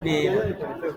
ntera